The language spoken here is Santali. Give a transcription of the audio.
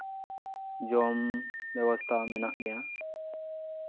ᱡᱚᱢ ᱵᱮᱵᱚᱥᱛᱷᱟ ᱢᱮᱱᱟᱜ ᱜᱮᱭᱟ